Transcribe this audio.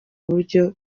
buryo